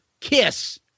Kiss